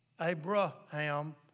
Abraham